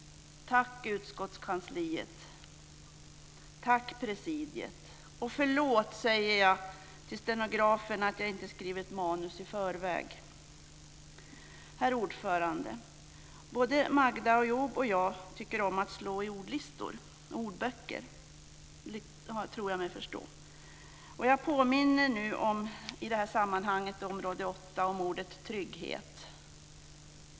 Tack utskottskansliet! Tack presidiet! Förlåt, säger jag till stenografen, för att jag inte skrev ett manus i förväg. Herr talman! Jag har förstått att både Magda Ayoub och jag tycker om att slå i ordlistor och ordböcker. Jag påminner i det här sammanhanget om ordet trygghet.